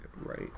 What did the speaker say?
right